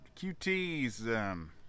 QT's